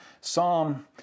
Psalm